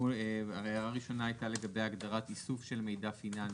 ההערה הראשונה הייתה לגבי הגדרת איסוף של מידע פיננסי,